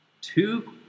Two